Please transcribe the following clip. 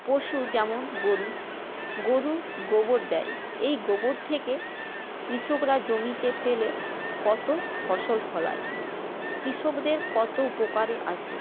পশু যেমন গরু গরু গোবর দেয় এই গোবর থেকে কৃষকরা জমিতে ফেলে কত ফসল ফলায় কৃষকদের কত উপকারে আসে